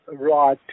right